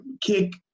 kick